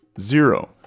Zero